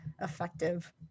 effective